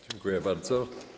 Dziękuję bardzo.